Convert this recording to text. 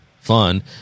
fun